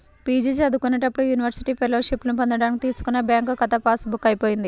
PG చదువుకునేటప్పుడు university ఫెలోషిప్పులను పొందడానికి తీసుకున్న బ్యాంకు ఖాతా పాస్ బుక్ పోయింది